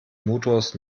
motors